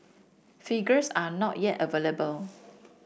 figures are not yet available